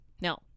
No